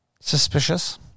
suspicious